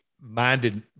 minded